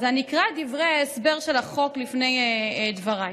אקרא את דברי ההסבר של החוק לפני דבריי: